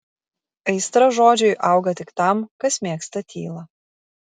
aistra žodžiui auga tik tam kas mėgsta tylą